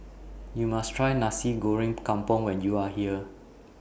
YOU must Try Nasi Goreng Kampung when YOU Are here